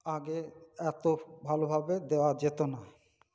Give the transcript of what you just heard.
আগে এত ভালোভাবে দেওয়া যেত না